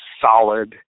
solid